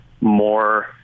more